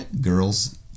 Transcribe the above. Girls